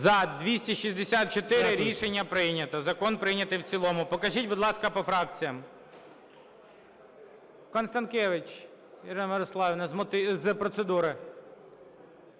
За-264 Рішення прийнято. Закон прийнятий в цілому. Покажіть, будь ласка, по фракціях. Констанкевич Ірина Мирославівна – з процедури.